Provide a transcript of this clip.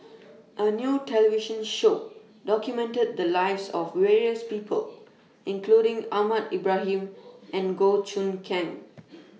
A New television Show documented The Lives of various People including Ahmad Ibrahim and Goh Choon Kang